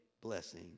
blessing